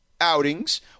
outings